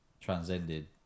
transcended